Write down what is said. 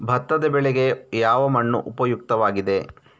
ಭತ್ತದ ಬೆಳೆಗೆ ಯಾವ ಮಣ್ಣು ಉಪಯುಕ್ತವಾಗಿದೆ?